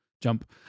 jump